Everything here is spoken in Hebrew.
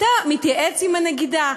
אתה מתייעץ עם הנגידה,